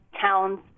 towns